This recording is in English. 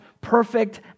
perfect